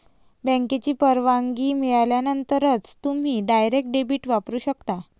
बँकेची परवानगी मिळाल्यानंतरच तुम्ही डायरेक्ट डेबिट वापरू शकता